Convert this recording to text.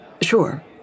Sure